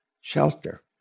shelter